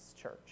church